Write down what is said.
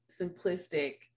simplistic